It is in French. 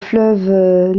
fleuve